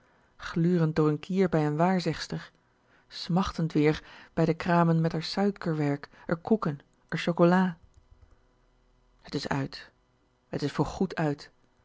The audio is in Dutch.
glurend door n kier bij n waarzegster smachtend weer bij de kramen met r suikerwerk r koeken r chocola het is uit het is voorgoed uit